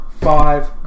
five